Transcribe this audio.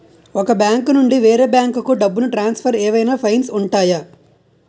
ఒక బ్యాంకు నుండి వేరే బ్యాంకుకు డబ్బును ట్రాన్సఫర్ ఏవైనా ఫైన్స్ ఉంటాయా?